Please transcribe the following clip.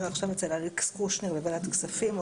עכשיו אצל אלכס קושניר בוועדת הכספים,